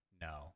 No